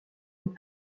aux